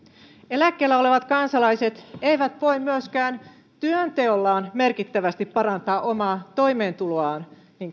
eläkkeellä olevat kansalaiset eivät voi myöskään työnteollaan merkittävästi parantaa omaa toimeentuloaan